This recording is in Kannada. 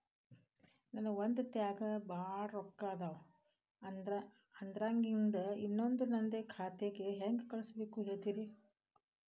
ನನ್ ಒಂದ್ ಖಾತ್ಯಾಗ್ ಭಾಳ್ ರೊಕ್ಕ ಅದಾವ, ಅದ್ರಾಗಿಂದ ಇನ್ನೊಂದ್ ನಂದೇ ಖಾತೆಗೆ ಹೆಂಗ್ ಕಳ್ಸ್ ಬೇಕು ಹೇಳ್ತೇರಿ?